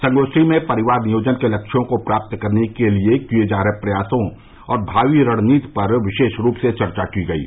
संगोष्ठी में परिवार नियोजन के लक्ष्यों को प्राप्त करने के लिए किये जा रहे प्रयासों और भावी रणनीति पर विशेष रूप से चर्चा की गयी